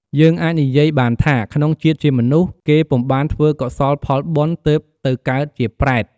យើងអាចនិយាយបានថា ក្នុងជាតិជាមនុស្ស គេពុំបានធ្វើកុសលផលបុណ្យ ទើបទៅកើតជាប្រេត។